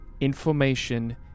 Information